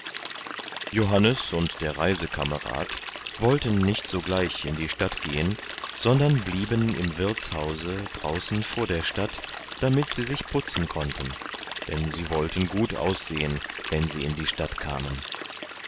johannes und der reisekamerad wollten nicht sogleich in die stadt gehen sondern blieben im wirtshause draußen vor der stadt damit sie sich putzen konnten denn sie wollten gut aussehen wenn sie in die stadt kamen